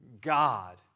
God